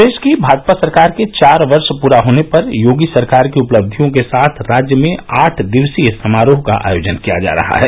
प्रदेश की भाजपा सरकार के चार वर्ष पूरा होने पर योगी सरकार की उपलब्धियों के साथ राज्य में आठ दिवसीय समारोह का आयोजन किया जा रहा है